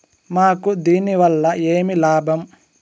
మాకు దీనివల్ల ఏమి లాభం